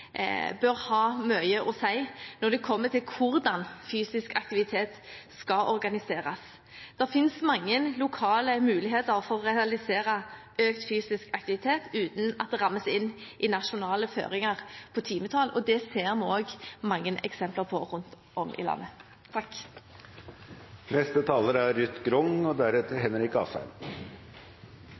bør ha mye å si når det kommer til hvordan fysisk aktivitet skal organiseres. Det finnes mange lokale muligheter for å realisere økt fysisk aktivitet uten at det rammes inn i nasjonale føringer på timetall, og det ser vi også mange eksempler på rundt om i landet. Vi vet at regelmessig fysisk aktivitet er nødvendig for normal vekst og